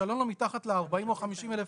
לשלם לו מתחת ל-40,000 או ה-50,000,